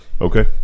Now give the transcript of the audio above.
Okay